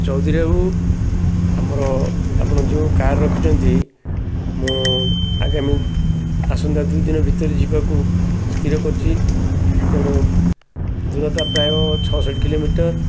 ଚୋୖଧୁରୀ ବାବୁ ଆମର ଆପଣ ଯେଉଁ କାର୍ ରଖୁଛନ୍ତି ମୁଁ ଆଗୋମୀ ଆସନ୍ତା ଦୁଇ ଦିନ ଭିତରେ ଯିବାକୁ ସ୍ଥିର କରିଛି ତେଣୁ ଦୂରତା ପ୍ରାୟ ଛଅଷଠି କିଲୋମିଟର